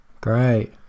great